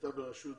שהייתה בראשות